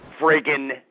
friggin